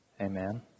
amen